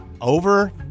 over